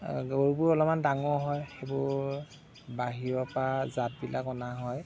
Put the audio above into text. গৰুবোৰ অলপমান ডাঙৰ হয় আৰু বাহিৰৰপৰা জাতবিলাক অনা হয়